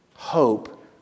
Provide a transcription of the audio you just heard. Hope